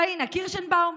פאינה קירשנבאום,